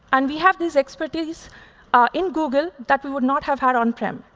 and we have this expertise in google that we would not have had on-prem.